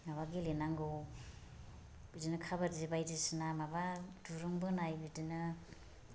माबा गेलेनांगौ बिदिनो काबादि बायदिसिना माबा दिरुं बोनाय बिदिनो